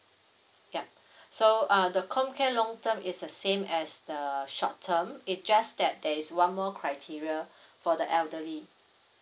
yup so uh the comcare long term is the same as the short term it just that there is one more criteria for the elderly